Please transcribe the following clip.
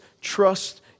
trust